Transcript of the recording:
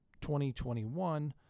2021